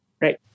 right